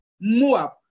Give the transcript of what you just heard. Moab